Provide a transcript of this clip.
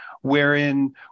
wherein